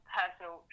personal